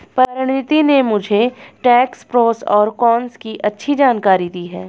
परिनीति ने मुझे tax pros और कोन्स की अच्छी जानकारी दी है